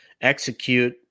execute